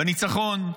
בניצחון.